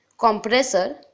compressor